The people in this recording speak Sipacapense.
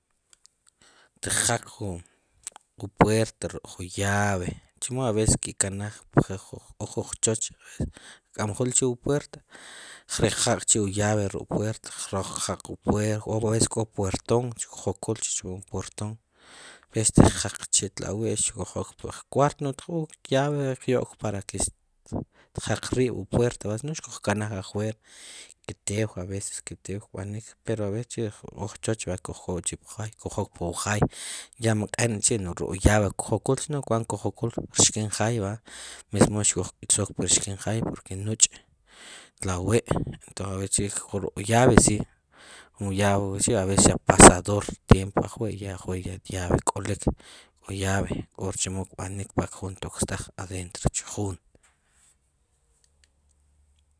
Teqjeq ju puerta ruk' ju llave chumo aves kekkanaj pjuqchoch kkämjul chi wu puert qjaq chi wu llave ruk' wu puet jroq tjaq wu puet koves ko pueton xkujokul k'chi chu wu porton aves tjeq k'chi tlawi xkujok pukuat pero llave xqyok rech tjeqrib' wu puet si no xkujkanaj afuer ke tew aves ke tew qb'anik pero eves k'chi ko qchoch kojok pu wu jay mq'enk'chi nu' ruk' wu llave kojokul si no kuant kojokul porxin jay verda mesmo xkuk'isok por xk'in jay verdad porke nuch' tlawi entonses ruk' llave si o aves xaq' pasador nu'awi ya raq ruk' llave kolik'ju llave chemo tostaj jun adentro jun